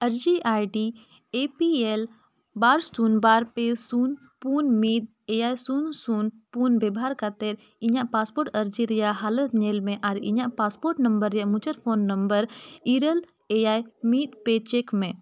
ᱟᱨᱡᱤ A P L ᱵᱟᱨ ᱥᱩᱱ ᱵᱟᱨ ᱯᱮ ᱥᱩᱱ ᱯᱩᱱ ᱢᱤᱫ ᱮᱭᱟᱭ ᱥᱩᱱ ᱥᱩᱱ ᱯᱩᱱ ᱵᱮᱵᱚᱦᱟᱨ ᱠᱟᱛᱮᱫ ᱤᱧᱟᱹᱜ ᱟᱨᱡᱤ ᱨᱮᱭᱟᱜ ᱦᱟᱞᱚᱛ ᱧᱮᱞ ᱢᱮ ᱟᱨ ᱤᱧᱟᱹᱜ ᱨᱮᱭᱟᱜ ᱢᱩᱪᱟᱹᱫ ᱯᱳᱱ ᱤᱨᱟᱹᱞ ᱮᱭᱟᱭ ᱢᱤᱫ ᱯᱮ ᱢᱮ